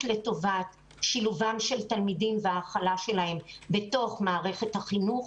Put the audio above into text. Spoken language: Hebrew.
לטובת שילובם של תלמידים וההכלה שלהם בתוך מערכת החינוך,